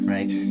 Right